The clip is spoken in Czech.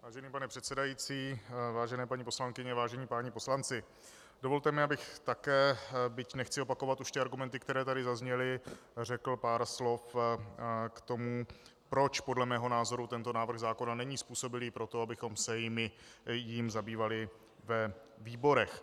Vážený pane předsedající, vážené paní poslankyně, vážení páni poslanci, dovolte mi, abych také, byť nechci opakovat argumenty, které tady zazněly, řekl pár slov k tomu, proč podle mého názoru tento návrh zákona není způsobilý pro to, abychom se jím zabývali ve výborech.